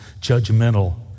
judgmental